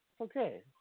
Okay